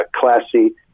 classy